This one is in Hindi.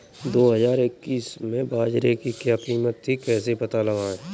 दो हज़ार इक्कीस में बाजरे की क्या कीमत थी कैसे पता लगाएँ?